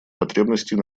потребностей